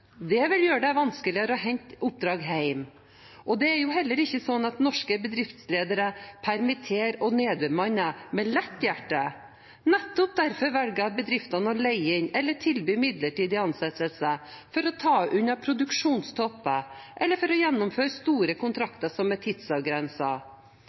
Det vil gjøre det vanskeligere å hente oppdrag hjem. Det er jo heller ikke slik at norske bedriftsledere permitterer og nedbemanner med lett hjerte. Nettopp derfor velger bedriftene å leie inn eller tilby midlertidige ansettelser for å ta unna produksjonstopper eller for å gjennomføre store